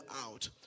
out